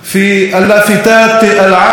לשמור חזק על השפה